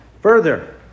Further